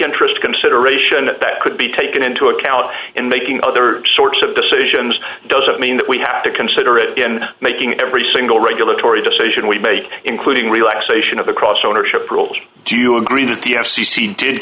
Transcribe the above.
interest consideration that could be taken into account in making other sorts of decisions doesn't mean that we have to consider it in making every single regulatory decision we make including relaxation of the cross ownership rules do you agree that the f c c did